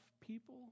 people